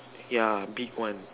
yeah big one